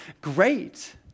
great